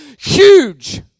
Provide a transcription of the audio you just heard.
huge